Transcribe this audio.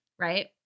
Right